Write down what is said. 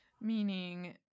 Meaning